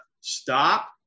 stop